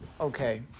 Okay